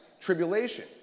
tribulation